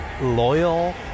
loyal